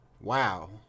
Wow